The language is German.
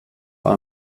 war